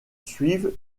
suivent